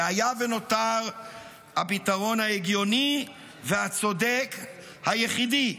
זה היה ונותר הפתרון ההגיוני והצודק היחידי,